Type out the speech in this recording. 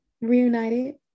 reunited